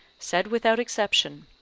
said without exception,